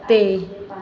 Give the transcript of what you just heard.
ਅਤੇ